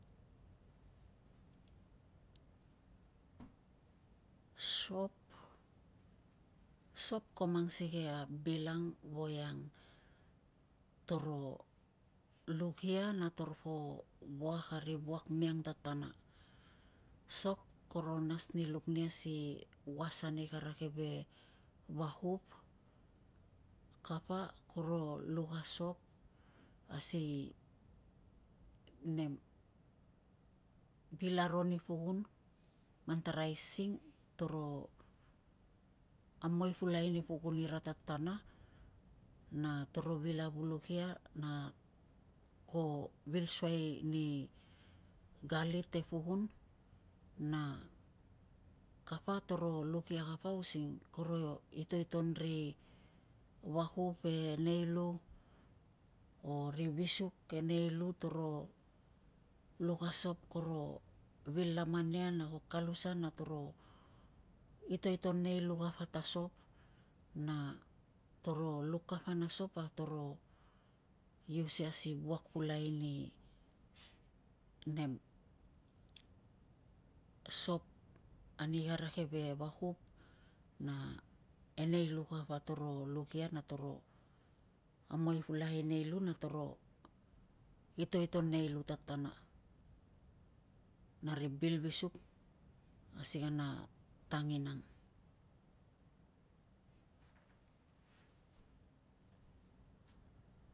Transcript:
Sop, sop ko mang sikei a bil ang voiang toro luk ia na toropo vuak a ri vuak miang tatana. Sop koro nas ni luk nia si uas ani kara keve vakup, kapa koro luk a sop asi nem vil aro ni pukun, man tara aising toro amoi pulakai ni pukun ira tatana na toro vil avuluk ia na ko vil suai ni galit e pukun na kapa toro luk ia kapa using koro itoiton ri vakup e nei lu, o ri visuuk e nei lu toro luk a sop kor vil laman nia na ko kalusan a toro itoiton nei lu kapa ta sop, na toro luk kapa na sop na toro ius ia si vuak pulakai ni nem sop ani kara keve vakup na enei lu kapa toro luk ia na toro amoi pulakai nei llu na toro itoiton tatana na ri bil visuk asi kana tanginang.